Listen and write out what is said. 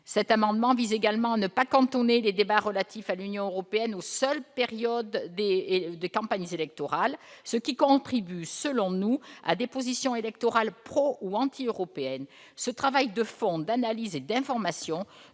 Cet amendement vise également à ne pas cantonner les débats relatifs à l'Union européenne aux seules périodes de campagnes électorales, ce qui contribue, selon nous, à des positions électorales pro ou anti-européennes. Un tel travail de fond d'analyse et d'information